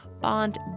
Bond